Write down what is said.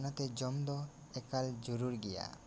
ᱚᱱᱟᱛᱮ ᱡᱚᱢ ᱫᱚ ᱮᱠᱟᱞ ᱡᱩᱨᱩᱲ ᱜᱮᱭᱟ